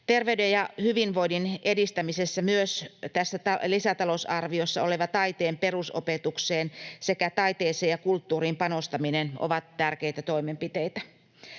Terveyden ja hyvinvoinnin edistämisessä myös tässä lisätalousarviossa oleva taiteen perusopetukseen sekä taiteeseen ja kulttuuriin panostaminen ovat tärkeitä toimenpiteitä.